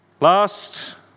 Last